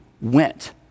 went